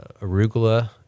arugula